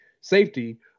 safety